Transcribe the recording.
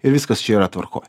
ir viskas čia yra tvarkoj